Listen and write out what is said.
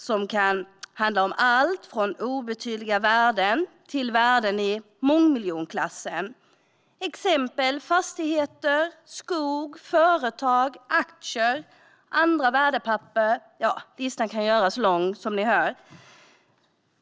Det kan handla om allt från obetydliga värden till värden i mångmiljonklassen, exempelvis fastigheter, skog, företag, aktier och andra värdepapper. Listan kan göras lång, som ni hör.